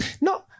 no